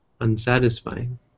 unsatisfying